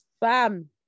Bam